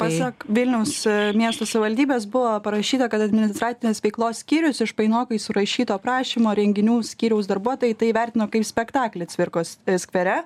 pasak vilniaus miesto savivaldybės buvo parašyta kad administracinės veiklos skyrius iš painokai surašyto prašymo renginių skyriaus darbuotojai tai įvertino kaip spektaklį cvirkos skvere